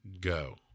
go